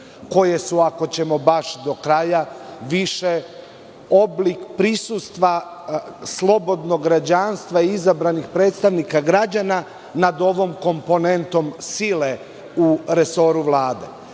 koje su, ako ćemo baš do kraja, više oblik prisustva slobodnog građanstva i izabranih predstavnika građana nad ovom komponentom sile u resoru Vlade,